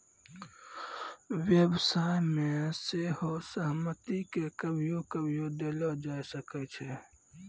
व्यवसाय मे सेहो सहमति के कभियो कभियो देलो जाय सकै छै